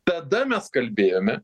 tada mes kalbėjome